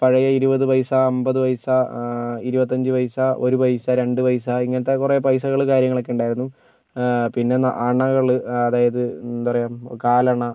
പഴയ ഇരുപത് പൈസ അമ്പത് പൈസ ഇരുപത്തിയഞ്ച് പൈസ ഒര് പൈസ രണ്ട് പൈസ ഇങ്ങനത്തെ കുറെ പൈസകള് കാര്യങ്ങളൊക്കെ ഉണ്ടായിരുന്നു പിന്നെ അണകള് അതായത് എന്താ പറയുക കാലണ